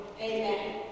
Amen